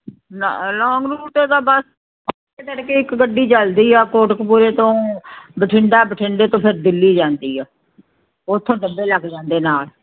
ਨਾ long route 'ਤੇ ਤਾਂ ਬਸ ਤੜਕੇ ਇੱਕ ਗੱਡੀ ਚਲਦੀ ਆ ਕੋਟਕਪੂਰੇ ਤੋਂ ਬਠਿੰਡਾ ਬਠਿੰਡੇ ਤੋਂ ਫਿਰ ਦਿੱਲੀ ਜਾਂਦੀ ਆ ਉੱਥੋਂ ਡੱਬੇ ਲੱਗ ਜਾਂਦੇ ਨਾਲ